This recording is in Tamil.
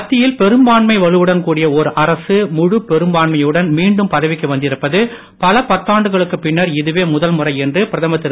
மத்தியில் பெரும்பான்மை வலுவுடன் கூடிய ஓர் அரசு முழுப் பெரும்பான்மையுடன் மீண்டும் பதவிக்கு வந்திருப்பது பல பத்தாண்டுகளுக்கு பின்னர் இதுவே முதல் முறை என்று பிரதமர் திரு